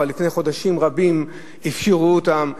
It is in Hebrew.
כבר לפני חודשים רבים הפשירו אותם,